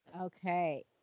Okay